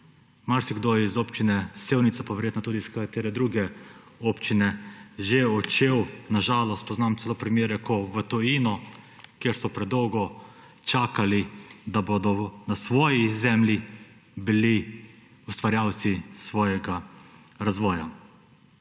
Marsikdo je iz občine Sevnice, pa verjetno tudi iz katere druge občine, že odšel. Na žalost poznam celo primere, ko v tujino, ker so predolgo čakali, da bodo na svoji zemlji bili ustvarjalci svojega razvoja.